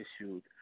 issued